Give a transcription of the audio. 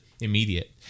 immediate